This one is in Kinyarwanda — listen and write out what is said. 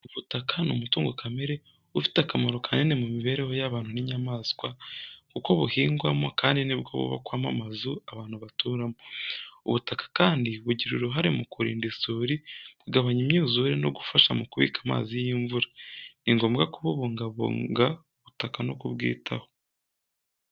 Ubutaka ni umutungo kamere, ufite akamaro kanini mu mibereho y'abantu n'inyamaswa, kuko buhingwamo, kandi ni bwo bwubakwamo amazu abantu baturamo. Ubutaka kandi bugira uruhare mu kurinda isuri, kugabanya imyuzure no gufasha mu kubika amazi y’imvura. Ni ngombwa kubungabunga ubutaka no kubwitaho.